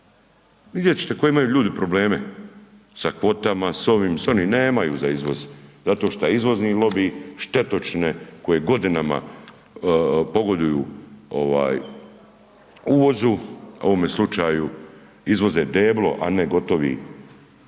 vidjet ćete koji imaju ljudi probleme sa kvotama, s ovim, s onim, nemaju za izvoz zato šta izvozni lobi, štetočine koje godinama pogoduju ovaj uvozu, u ovome slučaju izvoze deblo, a ne gotovi,